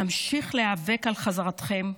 נמשיך להיאבק על חזרתכם,